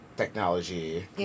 Technology